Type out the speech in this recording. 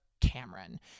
Cameron